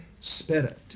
Spirit